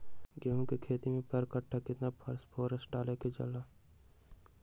गेंहू के खेती में पर कट्ठा केतना फास्फोरस डाले जाला?